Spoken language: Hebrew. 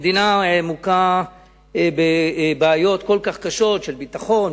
במדינה מוכה בבעיות כל כך קשות של ביטחון,